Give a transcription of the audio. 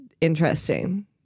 interesting